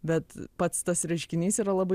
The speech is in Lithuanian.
bet pats tas reiškinys yra labai